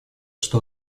что